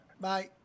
Bye